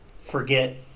forget